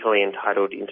entitled